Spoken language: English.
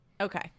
Okay